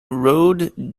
rode